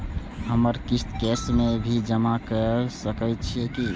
हमर किस्त कैश में भी जमा कैर सकै छीयै की?